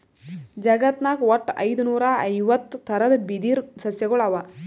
ಜಗತ್ನಾಗ್ ವಟ್ಟ್ ಐದುನೂರಾ ಐವತ್ತ್ ಥರದ್ ಬಿದಿರ್ ಸಸ್ಯಗೊಳ್ ಅವಾ